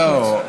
לא,